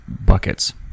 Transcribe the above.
buckets